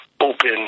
open